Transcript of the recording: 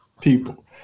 people